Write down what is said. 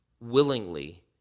willingly